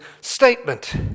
statement